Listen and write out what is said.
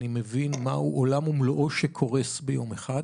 כך אני מבין מהו עולם ומלואו שקורס ביום אחד,